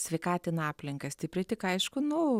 sveikatina aplinką stipriai tik aišku nu